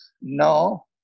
no